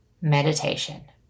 meditation